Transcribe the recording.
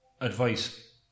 advice